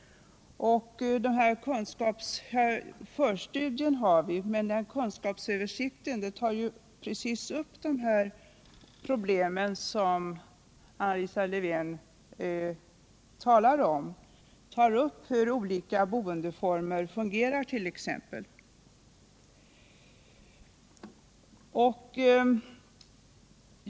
Förstudien har vi, men den kunskapsöversikt som skall göras avser just de problem som Anna Lisa Lewén-Eliasson talar om, t.ex. hur olika boendeformer fungerar.